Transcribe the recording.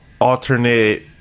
Alternate